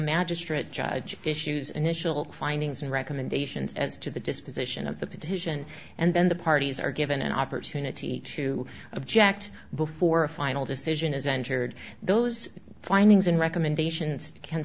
magistrate judge issues an initial findings and recommendations as to the disposition of the petition and then the parties are given an opportunity to object before a final decision is entered those findings and recommendations can